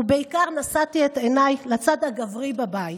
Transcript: ובעיקר נשאתי את עיניי לצד הגברי בבית.